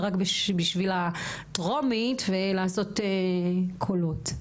רק בשביל הטרומית ובשביל לעשות קולות.